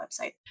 website